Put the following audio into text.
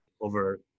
over